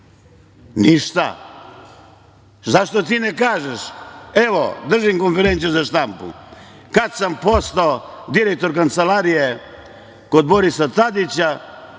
Ništa. Zašto ti ne kažeš, evo držim konferenciju za štampu, kada sam postao direktor kancelarije, kod Borisa Tadića,